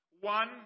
One